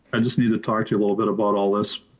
i just need to talk to you a little bit about all this.